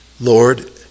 Lord